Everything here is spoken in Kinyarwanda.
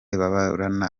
ababurana